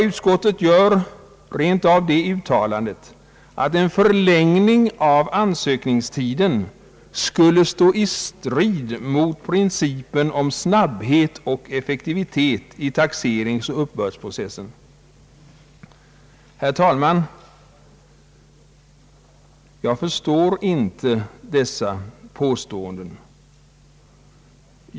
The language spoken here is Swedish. Utskottet gör rent av det uttalandet att en förlängning av ansökningstiden skulle stå i strid mot principen om snabbhet och effektivitet i taxeringsoch uppbördsprocessen. Herr talman, jag förstår inte dessa påståenden.